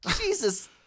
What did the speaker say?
Jesus